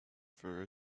for